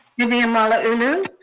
vivian malauulu.